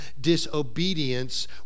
disobedience